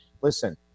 Listen